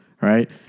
right